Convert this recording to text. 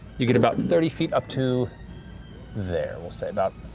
you get about thirty feet up to there, we'll say, about,